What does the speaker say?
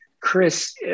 Chris